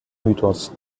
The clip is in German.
mythos